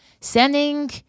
sending